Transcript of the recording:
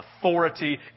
authority